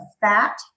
fat